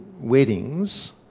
weddings